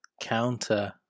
counter